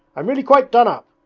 i'm really quite done up.